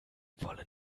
wollen